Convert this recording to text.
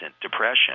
depression